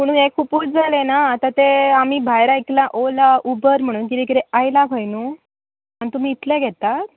पूण हें खुबूच जालें ना आतां तें आमी भायर आयकला ओला म्हणून कितें कितें आयला खंय न्हू आनी तुमी इतलें घेतात